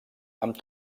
amb